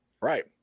Right